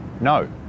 No